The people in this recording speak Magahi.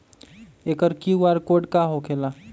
एकर कियु.आर कोड का होकेला?